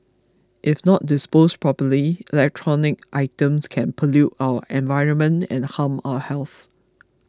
if not disposed properly electronic items can pollute our environment and harm our health